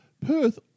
Perth